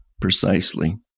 precisely